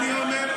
אני אומר.